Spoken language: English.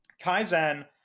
Kaizen